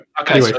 Okay